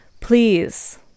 Please